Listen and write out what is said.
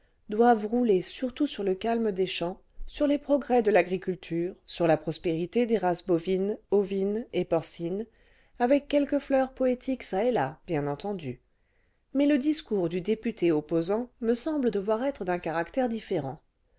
doivent rouler surtout sur le calme des champs sur les progrès de l'agriculture sur la prospérité des races bovine ovine et porcine avec quelques fleurs poétiques çà et là bien entendu mais le discours du député opposant me semble devoir être d'un caractère différent